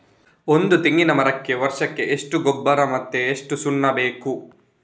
ಒಂದು ತೆಂಗಿನ ಮರಕ್ಕೆ ವರ್ಷಕ್ಕೆ ಎಷ್ಟು ಗೊಬ್ಬರ ಮತ್ತೆ ಎಷ್ಟು ಸುಣ್ಣ ಬೇಕು?